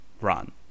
run